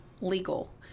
legal